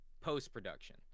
post-production